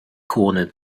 corner